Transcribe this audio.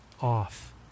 off